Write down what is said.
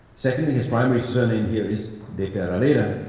secondly, his primary surname here is de peraleda,